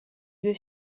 due